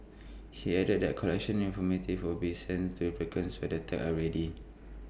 he added that collection informative will be sent to applicants when the tags are ready